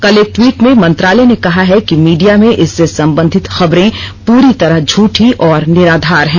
कल एक टवीट में मंत्रालय ने कहा है कि मीडिया में इससे संबंधित खबरें पूरी तरह झूठी और निराधार हैं